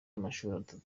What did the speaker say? amashuli